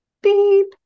Beep